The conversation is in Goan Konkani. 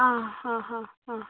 आ हा हा आ